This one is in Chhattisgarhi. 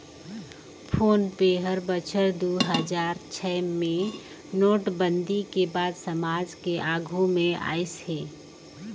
फोन पे हर बछर दू हजार छै मे नोटबंदी के बाद समाज के आघू मे आइस हे